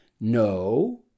No